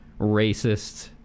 racists